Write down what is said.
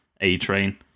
A-Train